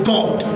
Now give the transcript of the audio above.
God